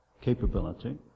capability